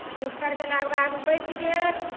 बिस्तर केलाक बाद ओ बैस गेल